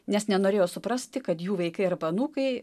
nes nenorėjo suprasti kad jų vaikai arba anūkai